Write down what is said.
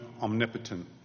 omnipotent